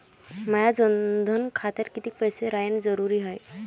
माया जनधन खात्यात कितीक पैसे रायन जरुरी हाय?